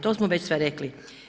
To smo već sve rekli.